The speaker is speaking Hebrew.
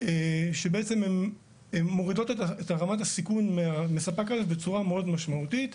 שבעצם הן מורידות את רמת הסיכון מספק א' בצורה מאוד משמעותית.